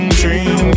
dream